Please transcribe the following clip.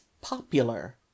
popular